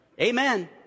Amen